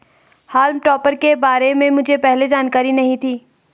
हॉल्म topper के बारे में मुझे पहले जानकारी नहीं थी